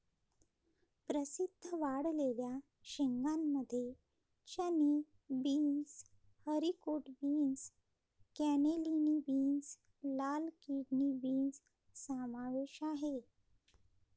प्रसिद्ध वाळलेल्या शेंगांमध्ये चणे, beans, haricot beans, cannellini beans, लाल किडनी बीन्स समावेश आहे